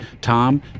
Tom